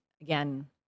again